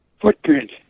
footprint